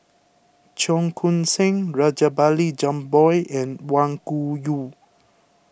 Cheong Koon Seng Rajabali Jumabhoy and Wang Gungwu